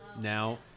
now